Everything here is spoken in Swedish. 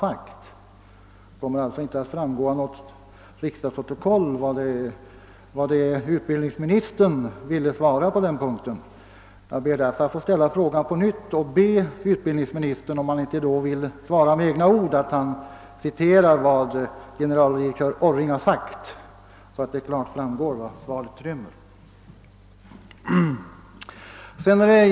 Det kommer alltså inte att framgå av riksdagsprotokollet vad utbildningsministern ville svara på denna punkt. Jag ber därför att få ställa frågan på nytt och är tacksam om utbildningsministern ville svara med egna ord eller citera vad generaldirektör Orring har sagt, så att det klart framgår vad svaret inrymmer.